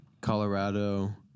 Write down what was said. Colorado